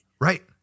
Right